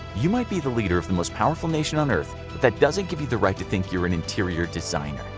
you might be the leader of the most powerful nation on earth but that doesn't give you the right to think you're an interior designer.